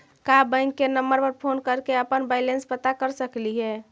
का बैंक के नंबर पर फोन कर के अपन बैलेंस पता कर सकली हे?